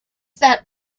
that